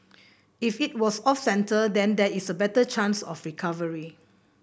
if it was off centre then there is a better chance of recovery